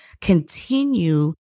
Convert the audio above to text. continue